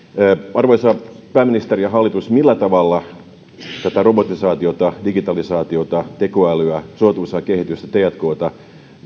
arvoisa pääministeri ja hallitus millä tavalla tämä robotisaatio digitalisaatio tekoäly suotuisa kehitys tk